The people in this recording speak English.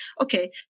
okay